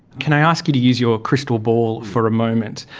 can i ask you to use your crystal ball for a moment.